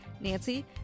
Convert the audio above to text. Nancy